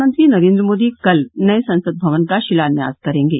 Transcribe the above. प्रधानमंत्री नरेन्द्र मोदी कल नए संसद भवन का शिलान्यास करेंगे